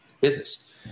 business